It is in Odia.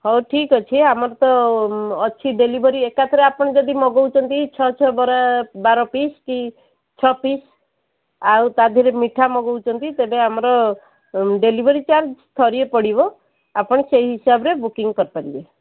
ହଉ ଠିକ୍ ଅଛି ଆମର ତ ଅଛି ଡେଲିଭରି ଏକା ଥରେ ଆପଣ ଯଦି ମଗାଉଛନ୍ତି ଛଅ ଛଅ ବରା ବାର ପିସ୍ କି ଛଅ ପିସ୍ ଆଉ ତା ଦେହରେ ମିଠା ମଗାଉଛନ୍ତି ତେବେ ଆମର ଡେଲିଭରି ଚାର୍ଜ ଥରେ ପଡ଼ିବ ଆପଣ ସେହି ହିସାବରେ ବୁକିଂ କରିପାରିବେ